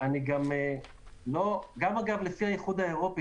גם באיחוד האירופי